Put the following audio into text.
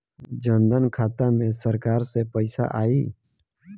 जनधन खाता मे सरकार से पैसा आई?